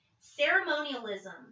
ceremonialism